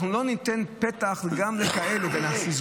בעניין הזה יכול להיות שלתושבי קריית אתא אין